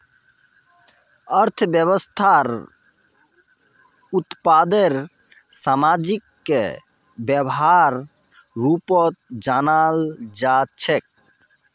अर्थव्यवस्थाक उत्पादनेर सामाजिक व्यवस्थार रूपत जानाल जा छेक